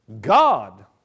God